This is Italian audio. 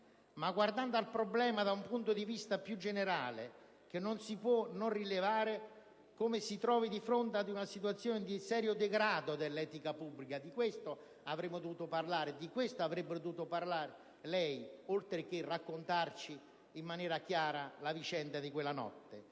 Guardando al problema da un punto di vista più generale, non si può non rilevare come ci si trovi di fronte ad una situazione di serio degrado dell'etica pubblica. Di questo avremmo dovuto parlare; di questo avrebbe dovuto parlare lei, oltre che raccontarci in maniera chiara la vicenda di quella notte.